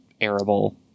arable